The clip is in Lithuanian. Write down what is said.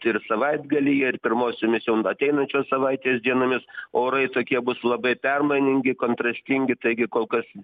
ir savaitgalyje ir pirmosiomis ateinančios savaitės dienomis orai tokie bus labai permainingi kontrastingi taigi kol kas